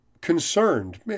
concerned